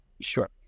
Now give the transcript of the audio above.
Sure